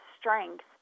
Strength